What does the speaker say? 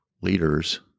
leaders